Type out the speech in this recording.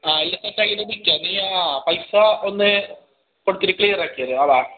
ആ ഇതൊക്കെ കഴിയുന്ന ബിക്കോ നീയാ പൈസ ഒന്ന് കൊടുത്തിട്ട് ക്ലിയറാക്കിയാതി ആവാ